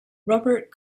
robert